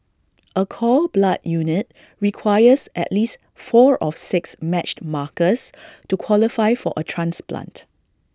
A cord blood unit requires at least four of six matched markers to qualify for A transplant